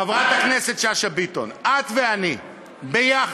חברת הכנסת שאשא ביטון, את ואני ביחד